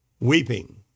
weeping